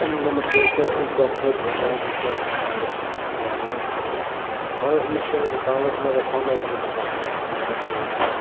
ꯃꯅꯤꯄꯨꯔꯁꯦ ꯑꯄꯤꯛꯄ ꯏꯁꯇꯦꯠ ꯑꯣꯖꯔꯕꯁꯨ ꯀꯥꯡꯂꯨꯞ ꯌꯥꯝꯃꯤ ꯑꯗꯨꯅ ꯀꯥꯡꯂꯨꯞ ꯃꯁꯦꯜꯒ ꯀꯥꯡꯂꯨꯞ ꯑꯃꯒꯤ ꯐꯥꯎꯅꯕꯒꯤꯗꯃꯛꯇ ꯃꯅꯤꯄꯨꯔꯤ ꯁꯤꯅ